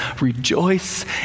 rejoice